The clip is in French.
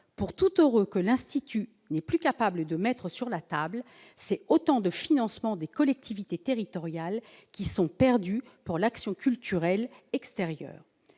pour tout euro que l'institut n'est plus capable de mettre sur la table, c'est autant de financements des collectivités territoriales qui sont perdus pour l'action culturelle extérieure.